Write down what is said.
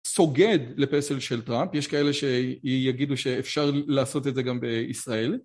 סוגד לפסל של טראמפ, יש כאלה שיגידו שאפשר לעשות את זה גם בישראל